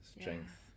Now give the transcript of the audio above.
strength